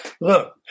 look